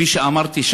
כפי שאמרתי,